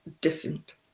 different